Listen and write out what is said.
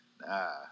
Nah